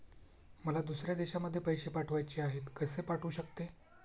मला दुसऱ्या देशामध्ये पैसे पाठवायचे आहेत कसे पाठवू शकते?